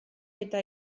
eta